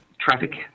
Traffic